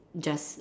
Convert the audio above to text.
just